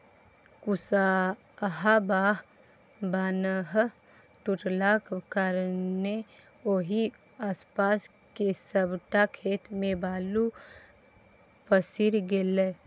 कुसहा बान्ह टुटलाक कारणेँ ओहि आसपास केर सबटा खेत मे बालु पसरि गेलै